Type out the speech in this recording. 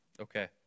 Okay